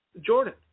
Jordan